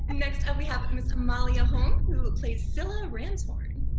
and next up we have miss amalia holm who plays scylla ramshorn.